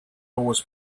always